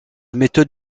méthode